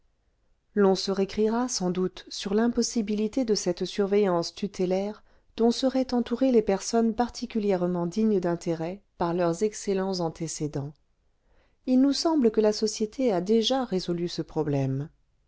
l'on se récriera sans doute sur l'impossibilité de cette surveillance tutélaire dont seraient entourées les personnes particulièrement dignes d'intérêt par leurs excellents antécédents il nous semble que la société a déjà résolu ce problème